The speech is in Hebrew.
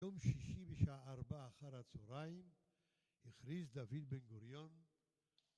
יום שישי בשעה ארבע אחר הצהריים, הכריז דוד בן גוריון